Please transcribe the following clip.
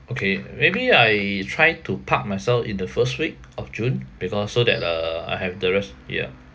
okay maybe I try to park myself in the first week of june because so that uh I have the rest ya